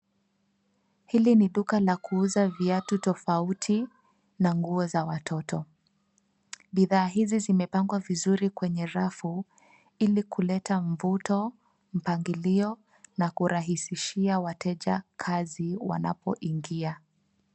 Hili ni duka la kuuza viatu tofauti na nguo za watoto. Bidhaa hizi zimepangwa vizuri kwenye rafu ili kuleta mvuto, mpangilio na kurahisishia wateja kazi wanapoingia.